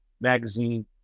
magazine